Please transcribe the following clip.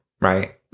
Right